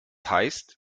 heißt